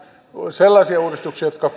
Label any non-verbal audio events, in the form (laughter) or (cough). sellaisia uudistuksia jotka (unintelligible)